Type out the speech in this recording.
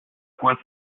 quoi